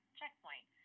checkpoint